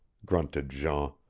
grunted jean.